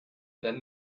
then